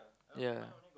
ya